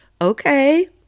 Okay